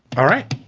all right.